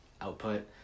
output